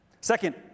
Second